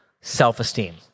self-esteem